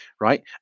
right